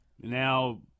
Now